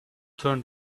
turn